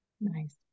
Nice